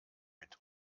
mit